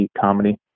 comedy